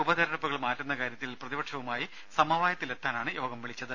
ഉപതെരഞ്ഞെടുപ്പുകൾ മാറ്റുന്ന കാര്യത്തിൽ പ്രതിപക്ഷവുമായി സമവായത്തിലെത്താനാണ് യോഗം വിളിച്ചത്